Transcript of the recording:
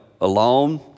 alone